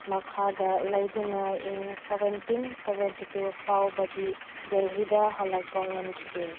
ꯃꯈꯥꯗ ꯂꯩꯗꯨꯅ in seventeen seventy two ꯐꯥꯎꯕꯗꯤ ꯗꯦꯜꯂꯤꯗ ꯍꯜꯂꯛꯄ ꯉꯝꯈꯤꯗꯦ